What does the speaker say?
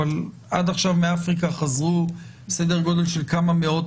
אבל עד עכשיו מאפריקה חזרו סדר-גודל של כמה מאות